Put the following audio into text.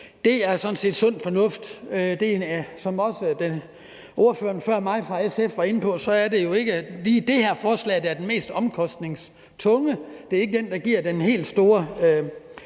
er sådan set sund fornuft. Som også ordføreren fra SF før mig var inde på, er det jo ikke lige det her forslag, der er det mest omkostningstunge; det er ikke det, der giver den helt store